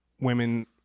women